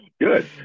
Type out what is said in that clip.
good